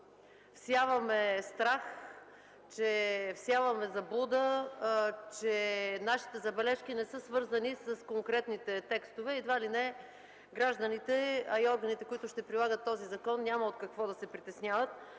всяваме страх и заблуда, че нашите забележки не са свързани с конкретните текстове, едва ли не гражданите, а и органите, които ще прилагат този закон, няма от какво да се притесняват.